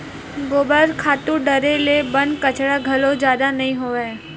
गोबर खातू डारे ले बन कचरा घलो जादा नइ होवय